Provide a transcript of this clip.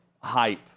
hype